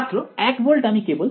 ছাত্র 1 ভোল্ট আমি কেবল